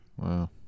Wow